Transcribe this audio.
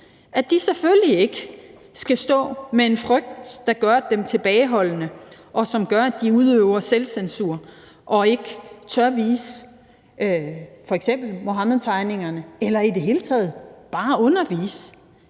skal selvfølgelig ikke stå med en frygt, der gør dem tilbageholdende, og som gør, at de udøver selvcensur og ikke tør vise f.eks. Muhammedtegningerne eller i det hele taget bare tør undervise